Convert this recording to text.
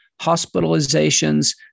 hospitalizations